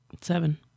Seven